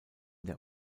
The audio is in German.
der